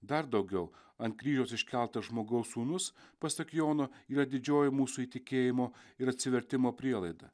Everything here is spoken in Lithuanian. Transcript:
dar daugiau ant kryžiaus iškelto žmogaus sūnūs pasak jono yra didžioji mūsų įtikėjimo ir atsivertimo prielaida